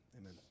Amen